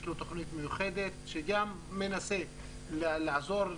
יש לו תוכנית מיוחדת שגם מנסה לעזור,